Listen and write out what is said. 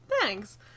Thanks